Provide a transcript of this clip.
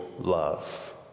love